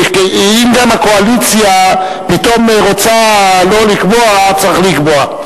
אם גם הקואליציה פתאום רוצה לא לקבוע, צריך לקבוע.